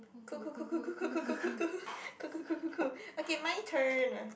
cool cool cool cool cool cool cool cool cool cool cool cool cool okay my turn